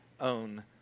own